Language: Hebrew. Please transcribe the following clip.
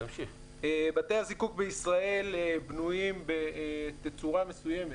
בתי הזיקוק בישראל בנויים בתצורה מסוימת.